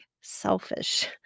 selfish